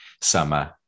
summer